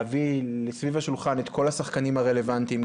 להביא סביב השולחן את כל השחקנים הרלוונטיים,